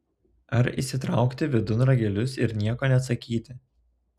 ar įsitraukti vidun ragelius ir nieko neatsakyti